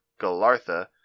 Galartha